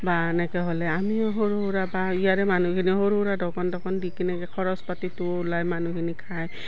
বা এনেকৈ হ'লে আমিও সৰু সুৰা বা ইয়াৰে মানুহখিনি সৰু সুৰা দোকান চকান দি কেনেকৈ খৰচ পাতিটো ওলাই মানুহখিনি খায়